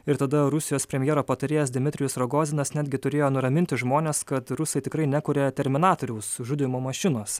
ir tada rusijos premjero patarėjas dmitrijus rogozinas netgi turėjo nuraminti žmones kad rusai tikrai nekuria terminatoriaus žudymo mašinos